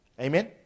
Amen